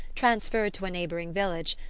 transferred to a neighbouring village,